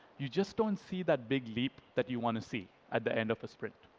you just don't see that big leap that you want to see at the end of a sprint.